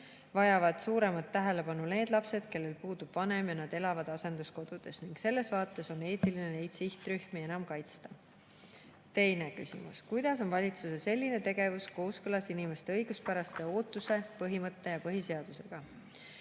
vajavad suuremat tähelepanu need lapsed, kellel puudub vanem ja kes elavad asenduskodudes. Selles vaates on eetiline neid sihtrühmi enam kaitsta. Teine küsimus: "Kuidas on valitsuse selline tegevus kooskõlas inimeste õiguspärase ootuse põhimõttega ja põhiseadusega?"